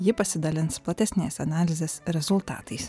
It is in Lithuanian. ji pasidalins platesnės analizės rezultatais